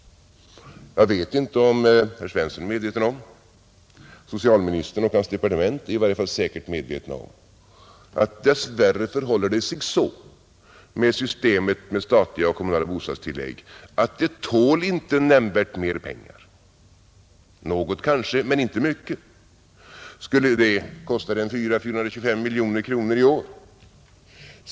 Jag vet inte om herr Svensson är medveten om — socialministern och hans departement är det i alla fall säkert — att det dess värre förhåller sig så med systemet med statliga och kommunala bostadstillägg att det inte tål nämnvärt mycket mer pengar — något kanske, men inte mycket. Det kostar 400—425 miljoner kronor i år.